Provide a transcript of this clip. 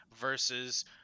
versus